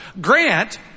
Grant